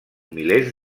milers